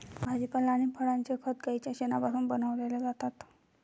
भाजीपाला आणि फळांचे खत गाईच्या शेणापासून बनविलेले जातात